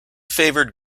favored